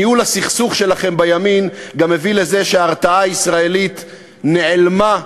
ניהול הסכסוך שלכם בימין גם מביא לזה שההתרעה הישראלית נעלמה,